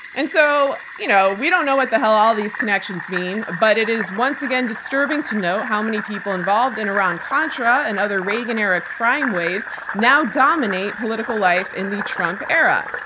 and so you know we don't know what the hell all these connections mean, but it is once again disturbing to know how many people involved in iran-contra and other reagan era crime sprees now dominate political life in the trump era.